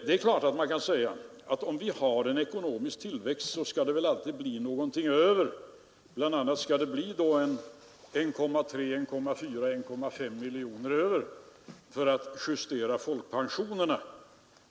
Det är klart att man kan säga: om vi har en ekonomisk tillväxt skall det väl alltid bli någonting över; bl.a. skall det bli mellan 1,3 och 1,5 miljoner kronor över för att justera folkpensionsåldern.